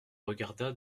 regarda